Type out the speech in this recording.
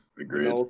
Agreed